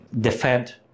defend